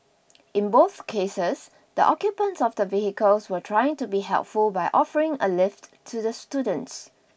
in both cases the occupants of the vehicles were trying to be helpful by offering a lift to the students